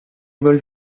able